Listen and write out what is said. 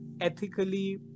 Ethically